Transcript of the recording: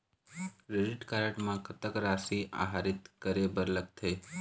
Credit card म कतक राशि आहरित करे बर लगथे?